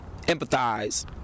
empathize